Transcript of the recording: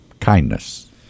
kindness